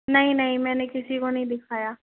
नहीं नहीं मैंने किसी को नहीं दिखाया